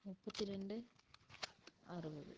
முப்பத்தி ரெண்டு அறுபது